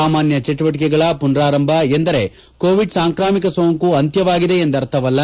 ಸಾಮಾನ್ಯ ಚಟುವಟಿಕೆಗಳ ಪುನಾರಂಭ ಎಂದರೆ ಕೋವಿಡ್ ಸಾಂಕ್ರಾಮಿಕ ಸೋಂಕು ಅಂತ್ಯವಾಗಿದೆ ಎಂಬರ್ಥವಲ್ಲ